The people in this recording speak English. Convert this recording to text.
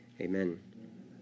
amen